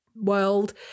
world